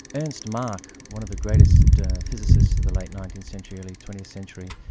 ernst mach, one of the greatest physicists of the late nineteenth century, early twentieth century,